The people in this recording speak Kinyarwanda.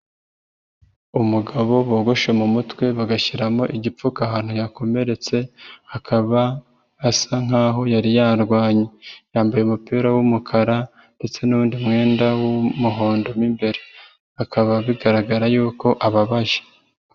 Umugabo bogoshe mu mutwe bagashyiramo igipfuka ahantu yakomeretse, akaba asa nkaho yari yarwanye, yambaye umupira w'umukara ndetse n'undi mwenda w'umuhondo mo imbere bikaba bigaragara yuko ababaye.